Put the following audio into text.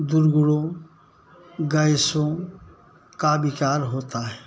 दुर्गुणों गैसों का विकार होता है